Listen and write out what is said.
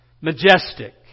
majestic